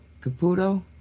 Caputo